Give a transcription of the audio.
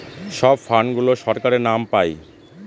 সব ফান্ড গুলো সরকারের নাম পাই